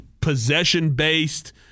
possession-based